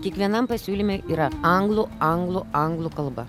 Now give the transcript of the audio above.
kiekvienam pasiūlyme yra anglų anglų anglų kalba